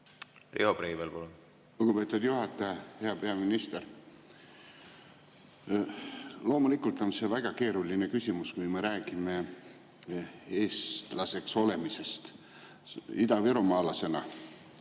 Riho Breivel, palun! Lugupeetud juhataja! Hea peaminister! Loomulikult on see väga keeruline küsimus, kui me räägime eestlaseks olemisest idavirumaalasena,